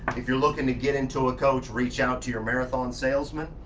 if you're looking to get into a coach, reach out to your marathon salesman.